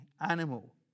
animal